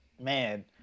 man